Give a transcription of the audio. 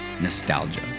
nostalgia